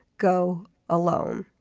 go alone.